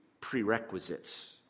prerequisites